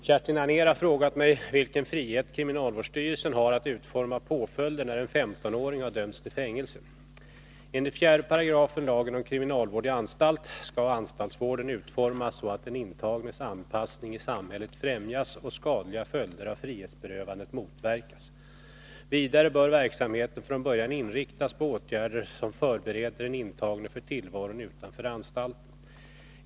Herr talman! Kerstin Anér har frågat mig vilken frihet kriminalvårdsstyrelsen har att utforma påföljder, när en 15-åring har dömts till fängelse. Enligt 4 § lagen om kriminalvård i anstalt skall anstaltsvården utformas så att den intagnes anpassning i samhället främjas och skadliga följder av frihetsberövandet motverkas. Vidare bör verksamheten från början inriktas på åtgärder som förbereder den intagne för tillvaron utanför anstalten.